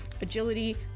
agility